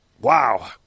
Wow